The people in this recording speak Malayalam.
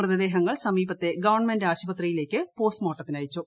മൃതദേഹങ്ങൾ സമീപത്തെ ഗവൺമെന്റ് ആശുപത്രിയിലേക്ക് പോസ്റ്റ് മോർട്ടത്തിനയച്ചു